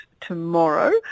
tomorrow